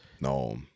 No